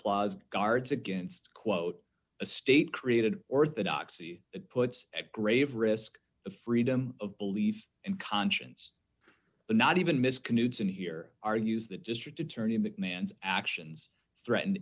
clause guards against quote a state created orthodoxy that puts at grave risk the freedom of belief and conscience but not even miss concludes in here argues the district attorney in that man's actions threaten